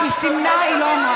היא סימנה, היא לא אמרה.